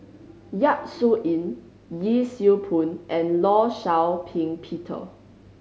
Yap Su Yin Yee Siew Pun and Law Shau Ping Peter